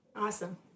Awesome